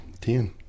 Ten